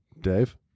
Dave